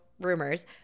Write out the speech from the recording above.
rumors